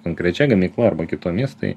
konkrečia gamykla arba kitomis tai